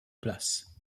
place